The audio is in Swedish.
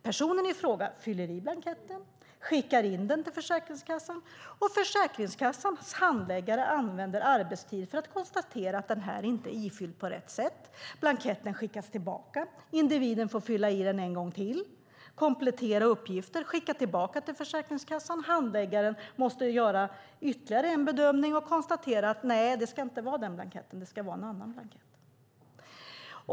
Personen i fråga fyller i blanketten, skickar in den till Försäkringskassan, och Försäkringskassans handläggare använder arbetstid för att konstatera att blanketten inte är ifylld på rätt sätt. Blanketten skickas tillbaka, individen får fylla i den en gång till, komplettera uppgifter och skicka tillbaka blanketten till Försäkringskassan. Handläggaren måste göra ytterligare en bedömning och konstatera att det inte ska vara denna blankett utan en annan.